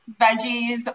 veggies